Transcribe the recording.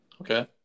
Okay